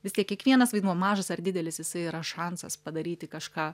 vis tiek kiekvienas vaidmuo mažas ar didelis jisai yra šansas padaryti kažką